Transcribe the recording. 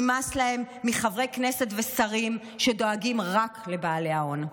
נמאס להם מחברי כנסת ושרים שדואגים רק לבעלי ההון.